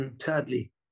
Sadly